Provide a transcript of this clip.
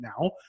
now